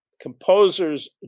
composers